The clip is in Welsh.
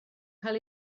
cael